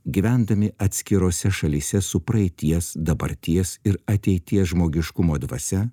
gyvendami atskirose šalyse su praeities dabarties ir ateities žmogiškumo dvasia